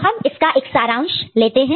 तो हम इसका एक सारांश लेते हैं